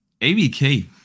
ABK